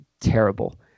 terrible